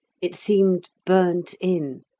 it seemed burnt in.